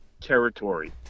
territory